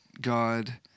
God